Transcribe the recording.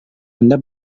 anda